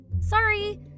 Sorry